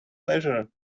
pleasure